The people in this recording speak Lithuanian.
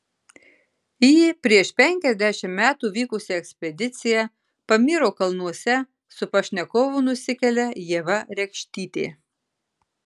į prieš penkiasdešimt metų vykusią ekspediciją pamyro kalnuose su pašnekovu nusikelia ieva rekštytė